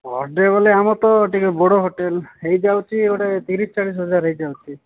per ଡ଼େ ବଲେ ଆମର ତ ଟିକେ ବଡ଼ ହୋଟେଲ୍ ହେଇଯାଉଛି ଗୋଟେ ତିରିଶି ଚାଳିଶି ହଜାର ହେଇଯାଉଛି